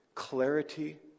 Clarity